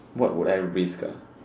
what would I risk